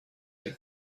این